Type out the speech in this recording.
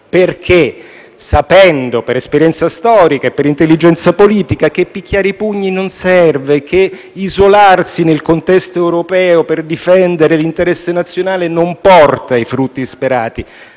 Perché poi, sapendo - per esperienza storica e per intelligenza politica - che picchiare i pugni non serve e che isolarsi nel contesto europeo per difendere l'interesse nazionale non porta i frutti sperati?